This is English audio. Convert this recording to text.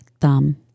thumb